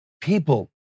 people